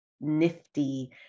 nifty